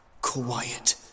quiet